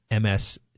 MS